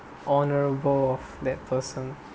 honourable of that person